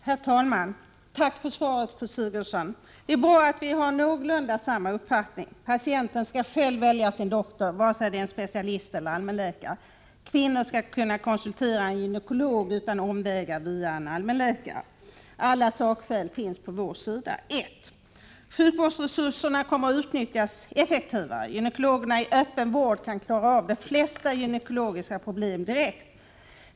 Herr talman! Tack för svaret, fru Sigurdsen. Det är bra att vi har någorlunda samma uppfattning. Patienten skall själv välja sin doktor, vare sig det är en specialist eller en allmänläkare. Kvinnor skall kunna konsultera en gynekolog utan omvägar via en allmänläkare. Alla sakskäl finns på vår sida: 1. Sjukvårdsresurserna kommer att utnyttjas effektivare. Gynekologerna i öppen vård kan klara av de flesta gynekologiska problem direkt.